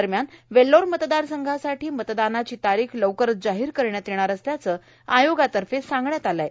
दरम्यान वेल्लोर मतदार संघासाठी मतदानाची तारीख लवकरच जाहीर करण्यात येणार असल्याचं आयोगातर्फे सांगण्यात आलं आहे